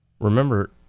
Remember